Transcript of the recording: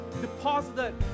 deposit